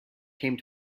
came